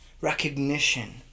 recognition